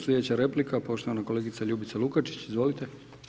Slijedeća replika, poštovana kolegica Ljubica Lukačić, izvolite.